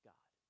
God